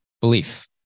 belief